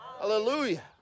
Hallelujah